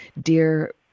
dear